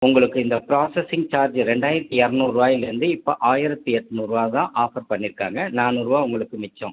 உங்களுக்கு இந்த processing charge ரெண்டாயிரத்து இரநூறு ரூவாயிலிருந்து இப்போ ஆயிரத்து எட்நூறுரூவா தான் ஆஃபர் பண்ணிருக்காங்க நானூறுரூவா உங்களுக்கு மிச்சம்